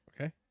Okay